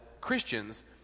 Christians